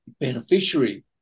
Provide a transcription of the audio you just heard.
beneficiary